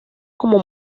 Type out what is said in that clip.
como